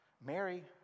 Mary